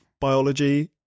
Biology